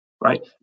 right